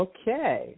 Okay